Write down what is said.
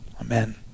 Amen